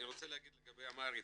אני רוצה להגיד לגבי אמהרית.